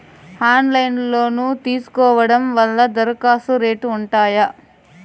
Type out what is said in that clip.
Online లో loan తీసుకోవడం వల్ల దరఖాస్తు రేట్లు ఉంటాయా?